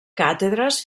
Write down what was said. càtedres